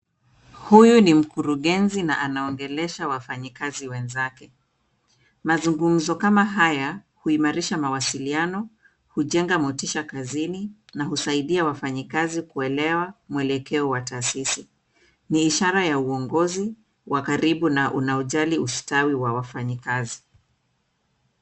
Huyu ni mkurugenzi na anaongelesha wafanyikazi wenzake. Mazungumzo kama haya huimarisha mawasiliano, hujenga mtisha kazini na husaidia wafanyikazi kuelewa mwelekeo wa taasisi. Ni ishara ya uongozi wa karibu na unaojali ustawi wa wafanyikazi.